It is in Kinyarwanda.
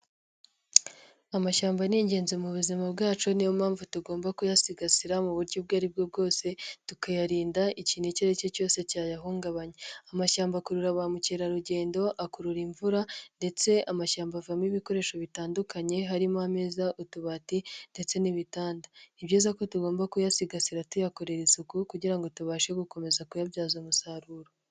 Amashyamba ni ingenzi mu buzima bwacu. Niyo mpamvu tugomba kuyasigasira mu buryo ubwo aribwo bwose, tukayarinda ikintu icyo ari cyo cyose cyayahungabanya. Amashyamba akurura ba mukerarugendo, akurura imvura ndetse amashyamba avamo ibikoresho bitandukanye. Harimo: ameza, utubati ndetse n'ibitanda. Ni byiza ko tugomba kuyasigasira tuyakorera isuku kugira ngo tubashe gukomeza kuyabyaza umusaruro.